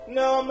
no